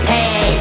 Hey